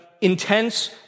intense